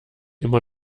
immer